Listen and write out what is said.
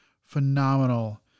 phenomenal